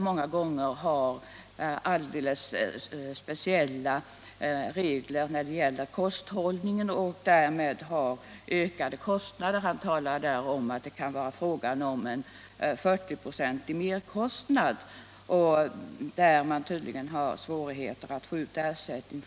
många gånger alldeles speciella regler för sin kosthållning och får därmed ökade kostnader — han nämnde att det kan vara fråga om en 40-procentig merkostnad — men har tydligen svårigheter att få ersättning.